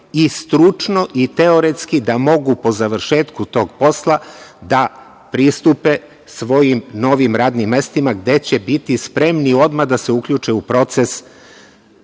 i stručno i teoretski da mogu po završetku tog posla da pristupe svojim novim radnim mestima gde će biti spremni odmah da se uključe u radni